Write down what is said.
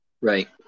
Right